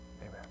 Amen